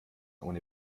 ohne